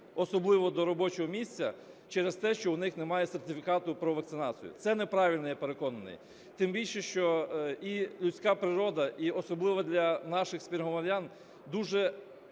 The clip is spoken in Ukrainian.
особливо до робочого місця, через те, що в них немає сертифікату про вакцинацію. Це неправильно, я переконаний. Тим більше, що і людська природа, і особливо для наших співгромадян дуже